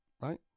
right